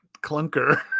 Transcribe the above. clunker